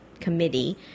Committee